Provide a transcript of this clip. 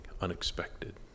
unexpected